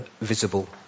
visible